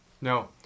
No